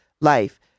life